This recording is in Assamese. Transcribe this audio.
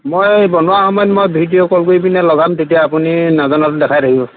মই বনোৱাৰ সময়ত মই ভিডিঅ' কল কৰি পেলাই লগাম তেতিয়া আপুনি নাজানাটো দেখাই থাকিব